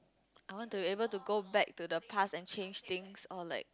I want to able to go back to the past and change things or like